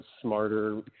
smarter